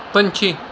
ਪੰਛੀ